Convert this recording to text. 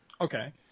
Okay